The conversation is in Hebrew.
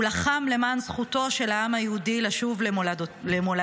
ולחם למען זכותו של העם היהודי לשוב למולדתו,